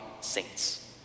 saints